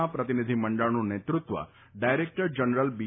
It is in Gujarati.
ના પ્રતિનિધિ મંડળનું નેતૃત્વ ડાયરેક્ટર જનરલ બી